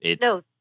no